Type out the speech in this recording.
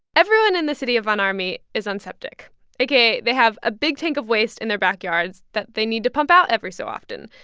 everyone in the city of von ormy is on septic aka they have a big tank of waste in their backyards that they need to pump out every so often.